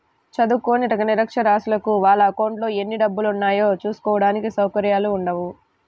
చదువుకోని నిరక్షరాస్యులకు వాళ్ళ అకౌంట్లలో ఎన్ని డబ్బులున్నాయో చూసుకోడానికి సౌకర్యాలు ఉండవు